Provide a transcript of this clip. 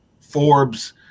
Forbes